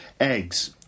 eggs